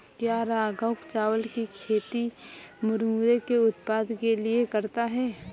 क्या राघव चावल की खेती मुरमुरे के उत्पाद के लिए करता है?